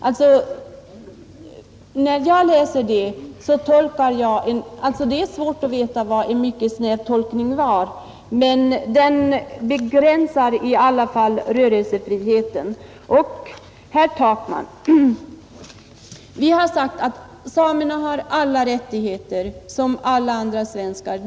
Det är svårt att veta vad ”en mycket snäv tolkning” innebär, men den begränsar i alla fall rörelsefriheten. Vi har sagt, herr Takman, att samerna har alla de rättigheter som andra svenskar har.